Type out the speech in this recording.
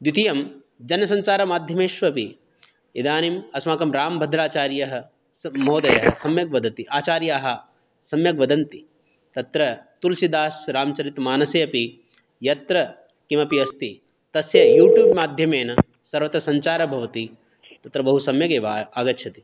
द्वितीयं जनसञ्चामाध्यमेष्वपि इदानीं अस्माकं रामभद्राचार्यः महोदयः सम्यक् वदति आचार्याः सम्यक् वदन्ति तत्र तुलसीदासरामचरितमानसेऽपि यत्र किमपि अस्ति तस्य यूट्यूब् माध्यमेन सर्वतः सञ्चारः भवति तत्र बहुसम्यक् एव आ आगच्छति